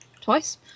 twice